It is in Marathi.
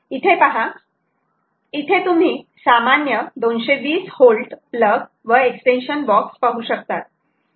इथे पहा इथे तुम्ही सामान्य 220V प्लग व एक्सटेन्शन बॉक्स पाहू शकतात